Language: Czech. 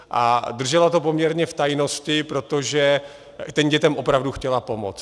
A držela to poměrně v tajnosti, protože těm dětem opravdu chtěla pomoct.